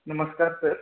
नमस्कार सर